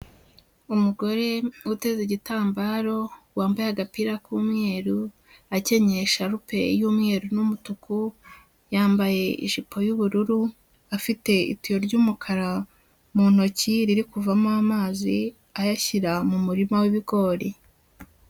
Umugore uteze igitambaro wambaye agapira k'umweru, akenyeye isharupe y'umweru n'umutuku, yambaye ijipo y'ubururu, afite itiyo ry'umukara mu ntoki riri kuvamo amazi, ayashyira mu murima w'ibigori.